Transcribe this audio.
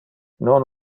non